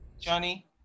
Johnny